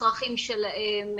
הצרכים שלהם,